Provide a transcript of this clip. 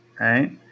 right